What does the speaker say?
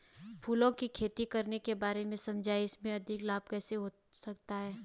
फूलों की खेती करने के बारे में समझाइये इसमें अधिक लाभ कैसे हो सकता है?